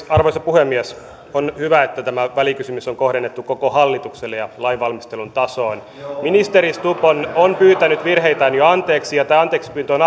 arvoisa puhemies on hyvä että tämä välikysymys on kohdennettu koko hallitukselle ja lainvalmistelun tasoon ministeri stubb on on pyytänyt virheitään jo anteeksi ja tämä anteeksipyyntö on